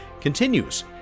continues